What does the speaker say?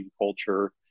culture